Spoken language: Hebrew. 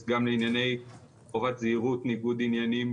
גם לענייני חובת זהירות ניגוד עניינים,